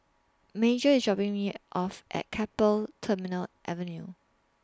Major IS dropping Me off At Keppel Terminal Avenue